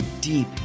deep